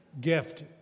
gift